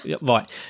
Right